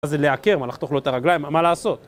מה זה לעקר, מה לחתוך לו את הרגליים, מה...מה לעשות?